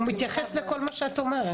הוא מתייחס לכל מה שאת אומרת.